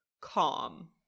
calm